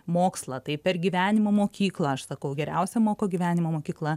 mokslą tai per gyvenimo mokyklą aš sakau geriausia moko gyvenimo mokykla